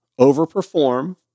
overperform